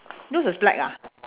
yours is black ah